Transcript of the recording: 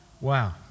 wow